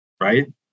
right